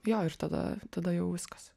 jo ir tada tada jau viskas